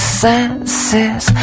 senses